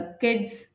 kids